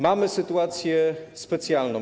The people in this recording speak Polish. Mamy sytuację specjalną.